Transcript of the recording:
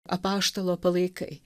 apaštalo palaikai